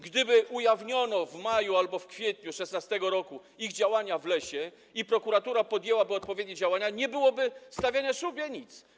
Gdyby ujawniono w maju albo kwietniu 2016 r. ich działania w lesie i prokuratura podjęłaby odpowiednie działania, nie byłoby stawiania szubienic.